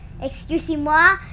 Excusez-moi